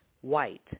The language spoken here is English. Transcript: white